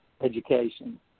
education